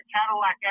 Cadillac